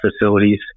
facilities